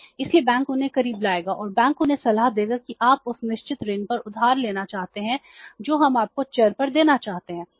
इसलिए बैंक उन्हें करीब लाएगा और बैंक उन्हें सलाह देगा कि आप उस निश्चित ऋण पर उधार लेना चाहते हैं जो हम आपको चर पर देना चाहते हैं